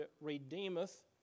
redeemeth